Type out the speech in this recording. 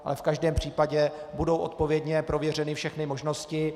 V každém případě budou odpovědně prověřeny všechny možnosti.